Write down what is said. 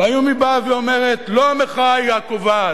והיום היא אומרת: לא המחאה היא הקובעת,